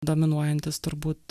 dominuojantis turbūt